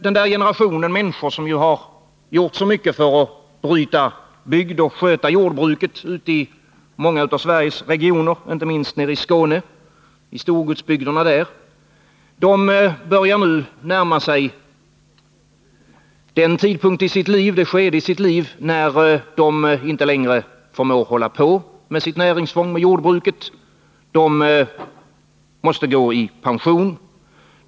Den generationen människor, som har brutit mark och skött jordbruket i många av Sveriges regioner, inte minst nere i Skånes storgodsbygder, börjar nu närma sig det skede i livet då de inte längre förmår hålla på med sitt näringsfång jordbruket. De måste gå i pension.